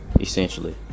essentially